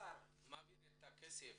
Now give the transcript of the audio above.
האוצר יעביר כסף